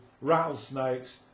Rattlesnakes